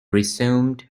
resumed